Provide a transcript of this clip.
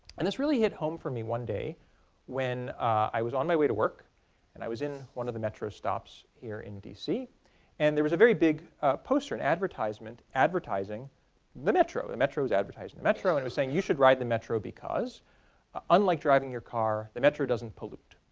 and this really hit home for me one day when i was on my way to work and i was in one of the metro stops here in dc and there was a very big poster an advertisement advertising the metro. the metro was advertising the metro and it was saying you should ride the metro because unlike driving your car the metro doesn't pollute.